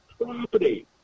property